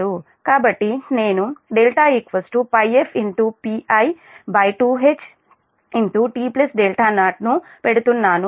కాబట్టి నేను δ πfPi2Ht 0 ను పెడుతున్నాను